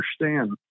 understand